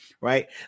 right